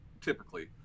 typically